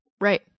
Right